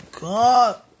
God